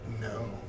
No